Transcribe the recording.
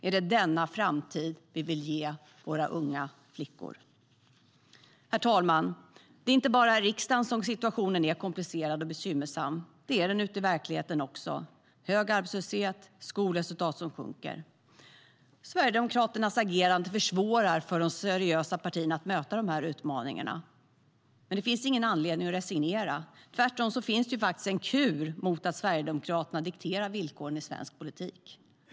Är det den framtiden vi vill ge våra unga flickor? Herr talman! Det är inte bara här i riksdagen som situationen är komplicerad och bekymmersam. Det är den ute i verkligheten också med hög arbetslöshet och skolresultat som sjunker. Sverigedemokraternas agerande försvårar för de seriösa partierna att möta de utmaningarna. Men det finns ingen anledning att resignera. Tvärtom finns det en kur mot att Sverigedemokraterna dikterar villkoren i svensk politik.